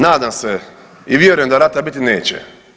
Nadam se i vjerujem da rata biti neće.